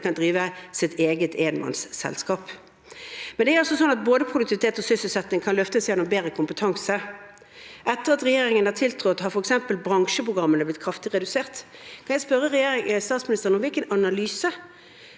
de kan drive sitt eget enmannsselskap. Både produktivitet og sysselsetting kan løftes gjennom bedre kompetanse. Etter at regjeringen tiltrådte, har f.eks. bransjeprogrammene blitt kraftig redusert. Kan jeg spørre statsministeren om hvilken analyse